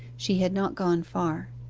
she had not gone far.